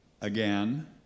Again